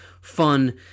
fun